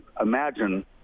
imagine